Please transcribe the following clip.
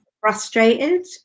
frustrated